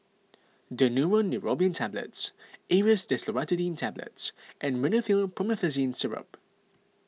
Daneuron Neurobion Tablets Aerius DesloratadineTablets and Rhinathiol Promethazine Syrup